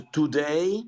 today